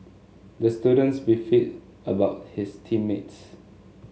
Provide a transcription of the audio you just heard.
the students beefed about his team mates